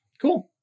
Cool